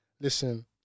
Listen